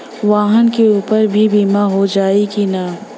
वाहन के ऊपर भी बीमा हो जाई की ना?